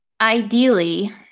Ideally